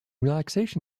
relaxation